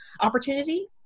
opportunity